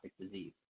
disease